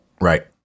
Right